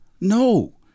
no